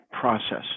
process